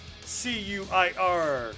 C-U-I-R